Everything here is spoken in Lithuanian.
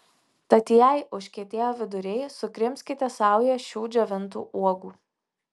tad jei užkietėjo viduriai sukrimskite saują šių džiovintų uogų